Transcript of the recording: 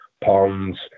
ponds